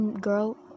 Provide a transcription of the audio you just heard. girl